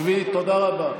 שבי, תודה רבה.